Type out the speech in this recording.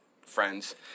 friends